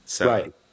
Right